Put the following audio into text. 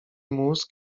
mózg